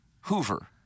Hoover